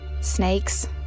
Snakes